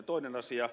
toinen asia